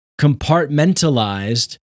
compartmentalized